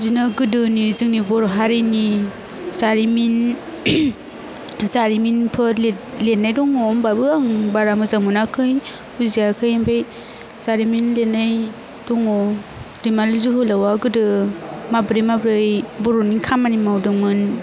बिदिनो गोदोनि जोंनि बर' हारिनि जारिमिन जारिमिनफोर लिर लिरनाय दङ होमबाबो आं बारा मोजां मोनाखै बुजियाखै ओमफाय जारिमिन लिरनाय दङ दैमालु जोहोलावा गोदो माब्रै माब्रै बर'नि खामानि मावदोंमोन